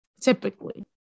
typically